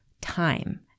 time